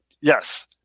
yes